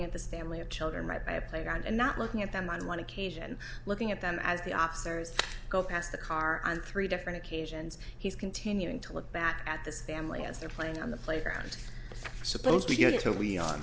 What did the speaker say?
stanly of children right by a playground and not looking at them on one occasion looking at them as the officers go past the car on three different occasions he's continuing to look back at this family as they're playing on the playground supposed to you to be on